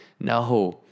no